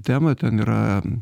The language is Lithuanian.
temą ten yra